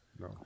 No